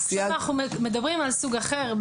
ועכשיו אנחנו מדברים על סוג אחר,